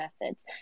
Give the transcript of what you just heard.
methods